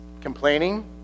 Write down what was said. complaining